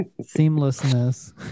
seamlessness